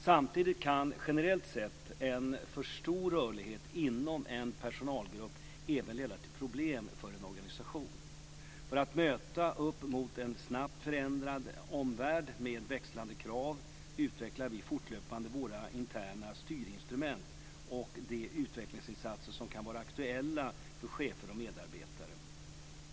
Samtidigt kan generellt sett en för stor rörlighet inom en personalgrupp även leda till problem för en organisation. För att möta en snabbt föränderlig omvärld med växlande krav utvecklar vi fortlöpande våra interna styrinstrument och de utvecklingsinsatser som kan vara aktuella för chefer och medarbetare.